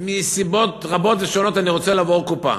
מסיבות רבות ושונות אני רוצה לעבור קופה,